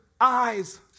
eyes